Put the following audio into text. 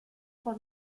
por